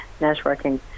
networking